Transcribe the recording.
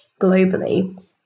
globally